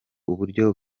uburyo